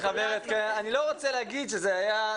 אני לא רוצה להגיד שזה היה,